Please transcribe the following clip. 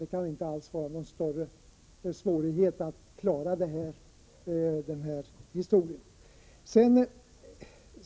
Det kan inte alls vara någon större svårighet att klara denna historia.